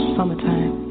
Summertime